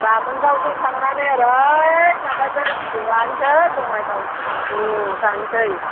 बामोनगावजों थांनानै ओरै माबाजों गिदिंलांनिसै बङाइगाव थ्रु थांसै